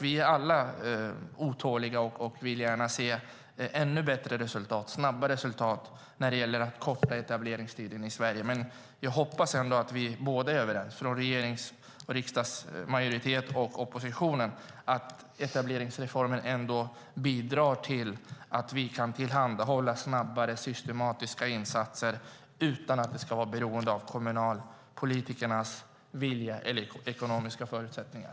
Vi är alla otåliga och vill gärna se ännu bättre resultat, snabba resultat, när det gäller att korta etableringstiden i Sverige. Jag hoppas att vi är överens från både majoriteten och oppositionen om att etableringsreformen bidrar till att vi kan tillhandahålla snabbare, systematiska insatser utan att de ska vara beroende av kommunpolitikernas vilja eller ekonomiska förutsättningar.